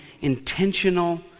intentional